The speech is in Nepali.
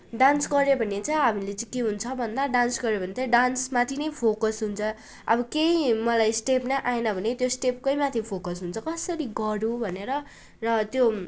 डान्स गर्यो भने चाहिँ हामीले चाहिँ के हुन्छ भन्दा डान्स गर्यो भने चाहिँ डान्समाथि नै फोकस हुन्छ अब केही मलाई स्टेप नै आएन भने त्यो स्टेपकै क माथि फोकस हुन्छ कसरी गरू भनेर र त्यो